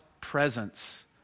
presence